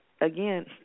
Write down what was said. Again